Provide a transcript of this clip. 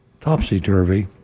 topsy-turvy